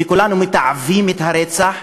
וכולנו מתעבים את הרצח,